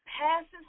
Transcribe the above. Passes